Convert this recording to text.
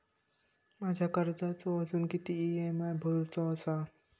माझ्या कर्जाचो अजून किती ई.एम.आय भरूचो असा?